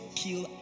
kill